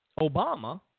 Obama